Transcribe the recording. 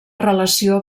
relació